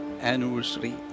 Anniversary